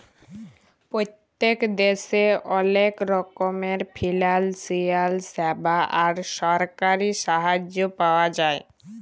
পত্তেক দ্যাশে অলেক রকমের ফিলালসিয়াল স্যাবা আর সরকারি সাহায্য পাওয়া যায়